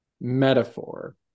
metaphor